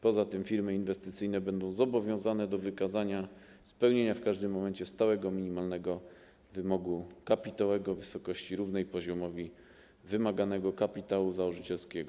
Poza tym firmy inwestycyjne będą zobowiązane do wykazania spełniania w każdym momencie stałego minimalnego wymogu kapitałowego w wysokości równej poziomowi wymaganego kapitału założycielskiego.